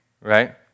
right